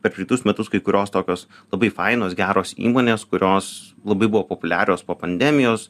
per praeitus metus kai kurios tokios labai fainos geros įmonės kurios labai buvo populiarios po pandemijos